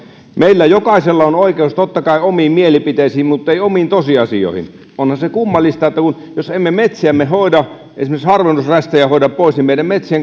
meillä jokaisella on oikeus totta kai omiin mielipiteisiin muttei omiin tosiasioihin onhan se kummallista jos emme metsiämme hoida esimerkiksi harvennusrästejä hoida pois niin meidän metsiemme